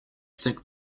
think